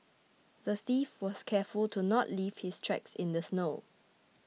the thief was careful to not leave his tracks in the snow